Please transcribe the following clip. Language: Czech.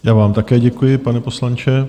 Já vám také děkuji, pane poslanče.